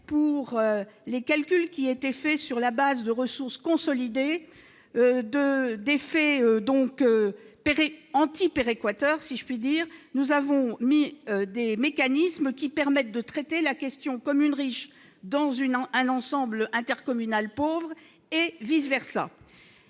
pour les calculs faits sur la base de ressources consolidées d'effet anti-péréquateur, nous avons aménagé des mécanismes qui permettent de traiter la question des communes riches dans un ensemble intercommunal pauvre et vice versa.